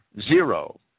zero